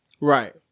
Right